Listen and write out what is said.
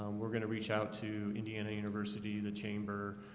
um we're gonna reach out to indiana university the chamber